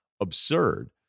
absurd